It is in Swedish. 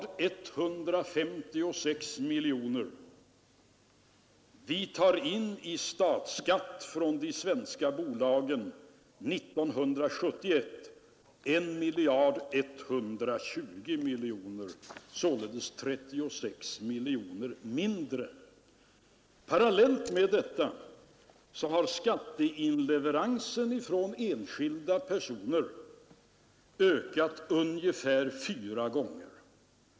År 1971 tog vi in i statsskatt från de svenska bolagen 1 miljard 120 miljoner, således 36 miljoner mindre. lerande åtgärder Parallellt med detta har skatteinleveransen från enskilda personer ökat ungefär fyra gånger.